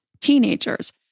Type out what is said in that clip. teenagers